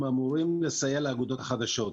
הם אמורים לסייע לאגודות החדשות.